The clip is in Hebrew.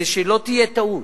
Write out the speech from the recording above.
ושלא תהיה טעות: